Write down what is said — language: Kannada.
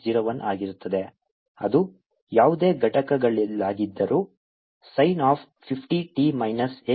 01 ಆಗಿರುತ್ತದೆ ಅದು ಯಾವುದೇ ಘಟಕಗಳಾಗಿದ್ದರೂ sin of 50 t minus x over 14 ಅಥವಾ 0